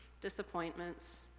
disappointments